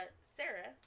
Sarah